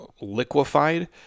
liquefied